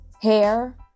hair